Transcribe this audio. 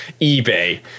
eBay